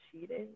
cheating